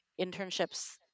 internships